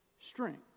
strength